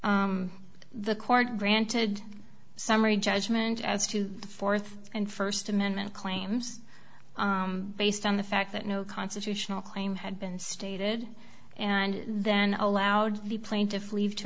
us the court granted summary judgment as to the fourth and first amendment claims based on the fact that no constitutional claim had been stated and then allowed the plaintiffs leave to